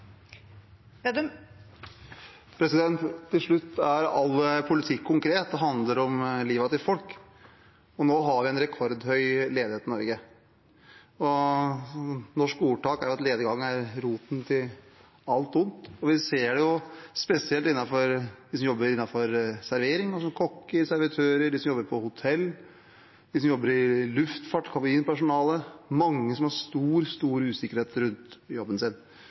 Til slutt er all politikk konkret. Det handler om livet til folk. Nå har vi rekordhøy ledighet i Norge. Et norsk ordtak er at lediggang er roten til alt ondt. Vi ser at spesielt blant dem som jobber innenfor servering, sånn som kokker og servitører, de som jobber på hotell, de som jobber i luftfart, kabinpersonale, er det mange som har stor, stor usikkerhet rundt jobben sin,